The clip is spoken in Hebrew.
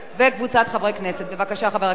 אני קובעת שהצעת חוק לתיקון פקודת הנישואין והגירושין